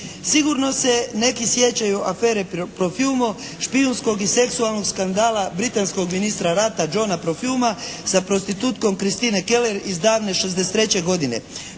Sigurno se neki sjećaju afere "Profiumo" špijunskog i seksualnog skandala britanskog ministra rata Johna Profiuma sa prostitutkom Christine Keller iz davne 1963. godine.